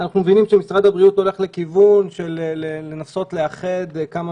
אנחנו מבינים שמשרד הבריאות הולך לכיוון של לנסות לאחד כמה